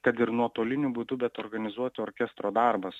kad ir nuotoliniu būdu bet organizuoti orkestro darbas